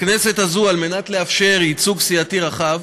בכנסת הזאת, על מנת לאפשר ייצוג סיעתי רחב,